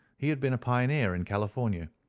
he had been a pioneer in california,